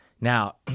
Now